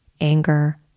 anger